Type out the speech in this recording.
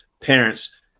parents